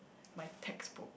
my textbook